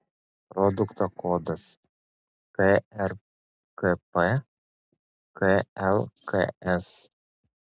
produkto kodas krkp klks